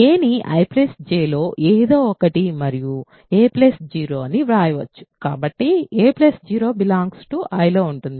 aని IJలో ఏదో ఒకటి మరియు a 0 అని వ్రాయవచ్చు కాబట్టి a0 Iలో ఉంటుంది